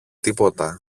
τίποτα